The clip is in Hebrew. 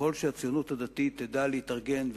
ככל שהציונות הדתית תדע להתארגן,